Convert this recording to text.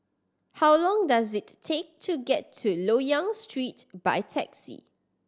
how long does it take to get to Loyang Street by taxi